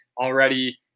already